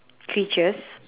creatures